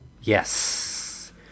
Yes